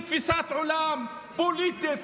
בתפיסת עולם פוליטית,